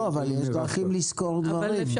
אבל יש דרכים לסקור דברים.